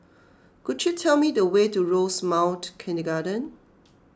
could you tell me the way to Rosemount Kindergarten